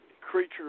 Creature